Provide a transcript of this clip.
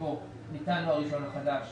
שבו ניתן לו הרישיון החדש,